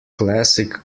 classic